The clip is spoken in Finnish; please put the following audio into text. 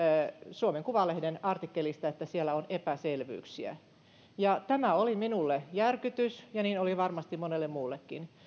suomen kuvalehden artikkelista että siellä on epäselvyyksiä tämä oli minulle järkytys ja niin oli varmasti monelle muullekin